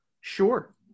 sure